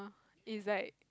is like